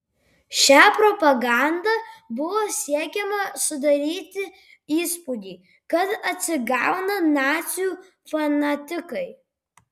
šia propaganda buvo siekiama sudaryti įspūdį kad atsigauna nacių fanatikai